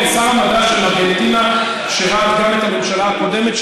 שר המדע של ארגנטינה שירת גם בממשלה הקודמת,